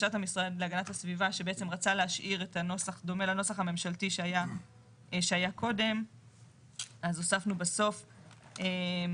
על אף האמור בסעיף קטן (א),